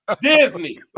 Disney